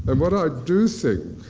and what i do think.